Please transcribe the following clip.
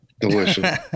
delicious